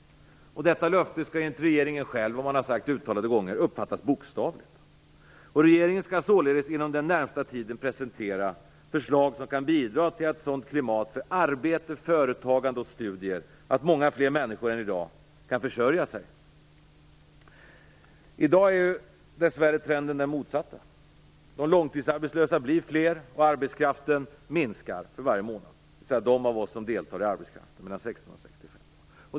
Detta löfte skall enligt regeringen själv - det har man sagt upprepade gånger - uppfattas bokstavligt. Regeringen skall således inom den närmaste tiden presentera förslag som kan bidra till ett sådant klimat för arbete, företagande och studier att många fler människor än i dag kan försörja sig. I dag är trenden dess värre den motsatta. De långtidsarbetslösa blir fler och arbetskraften minskar för varje månad, dvs. de av oss som är mellan 16 och 65 år och deltar i arbetskraften.